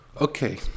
okay